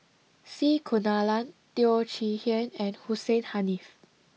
C Kunalan Teo Chee Hean and Hussein Haniff